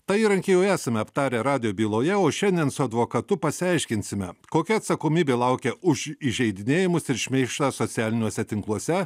tą įrankį jau esame aptarę radijo byloje o šiandien su advokatu pasiaiškinsime kokia atsakomybė laukia už įžeidinėjimus ir šmeižtą socialiniuose tinkluose